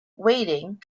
wading